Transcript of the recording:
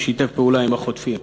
ששיתף פעולה עם החוטפים.